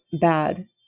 bad